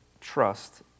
trust